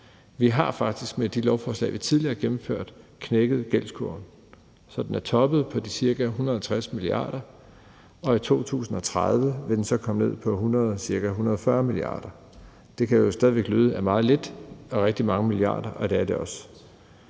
Vi har faktisk med de lovforslag, vi tidligere har gennemført, knækket gældskurven, så den er toppet på de ca. 160 mia. kr. I 2030 vil den så være kommet ned på ca. 140 mia. kr. Det kan jo stadig væk lyde af meget lidt og af rigtig mange milliarder, og det er det også.